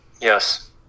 Yes